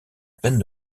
peine